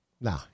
No